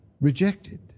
rejected